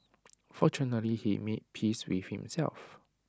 fortunately he made peace with himself